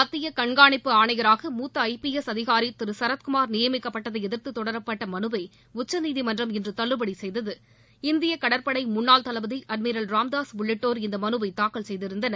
மத்திய கண்கானிப்பு ஆணையராக மூத்த ஐ பி எஸ் அதிகாரி திரு சரத்குமா் நியமிக்கப்பட்டதை எதிர்த்து தொடரப்பட்ட மனுவை உச்சநீதிமன்றம் இன்று தள்ளுபடி செய்தது இந்திய கடற்படை முன்னாள் தளபதி அட்மிரல் ராமதாஸ் உள்ளிட்டோர் இந்த மனுவை தாக்கல் செய்திருந்தனர்